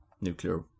nuclear